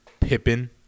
Pippen